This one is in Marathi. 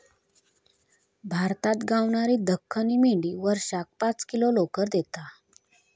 भारतात गावणारी दख्खनी मेंढी वर्षाक पाच किलो लोकर देता